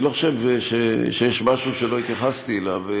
אני לא חושב שיש משהו שלא התייחסתי אליו.